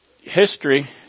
History